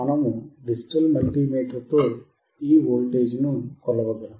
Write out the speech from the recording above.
మనము డిజిటల్ మల్టీమీటర్తో ఈ వోల్టేజ్ను కొలవగలము